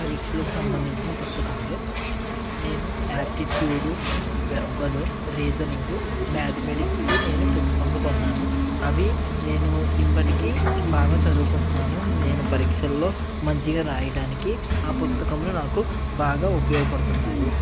పరీక్షలకు సంబంధించిన పుస్తకాలు నేను యాప్టిట్యూడు వెర్బల్ రీజనింగు మ్యాథమెటిక్స్కు నేను పుస్తకాలు కొన్నాను అవి నేను ఇప్పటికీ బాగా చదువుకుంటున్నాను నేను పరీక్షల్లో మంచిగా వ్రాయడానికి ఆ పుస్తకాలు నాకు బాగా ఉపయోగపడుతున్నాయి